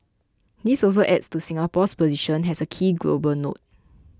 this also adds to Singapore's position as a key global node